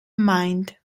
mind